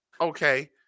okay